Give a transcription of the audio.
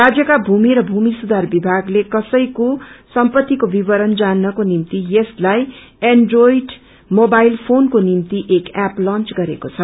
राज्यका भूमि र भूमि सुधार विभागले कसैको सम्पतिको विवरण जान्नको निम्दि यसलाई एन्ट्रोयोट मोबाईलु निम्ति एक ऐप लंच गरेको छ